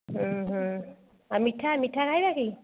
ଆଉ ମିଠା ମିଠା ଖାଇବା କି